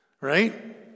Right